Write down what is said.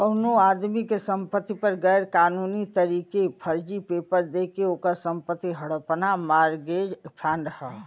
कउनो आदमी के संपति पर गैर कानूनी तरीके फर्जी पेपर देके ओकर संपत्ति हड़पना मारगेज फ्राड हौ